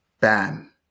Bam